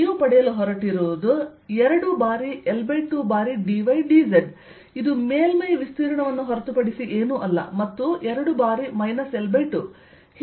ಆದ್ದರಿಂದ ನೀವು ಪಡೆಯಲು ಹೊರಟಿರುವುದು 2 ಬಾರಿ L2 ಬಾರಿ dy dz ಇದು ಮೇಲ್ಮೈ ವಿಸ್ತೀರ್ಣವನ್ನು ಹೊರತುಪಡಿಸಿ ಏನೂ ಅಲ್ಲ ಮತ್ತು 2 ಬಾರಿ L2